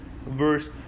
Verse